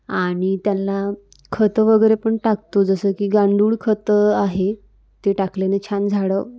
आणि त्यानला खतं वगैरे पण टाकतो जसं की गांडूळ खत आहे ते टाकल्याने छान झाडं